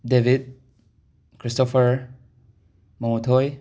debit Christopher ꯃꯣꯃꯣꯊꯣꯏ